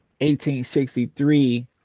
1863